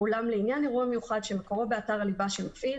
אולם לעניין אירוע מיוחד שמקורו באתר ליבה של מפעיל,